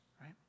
right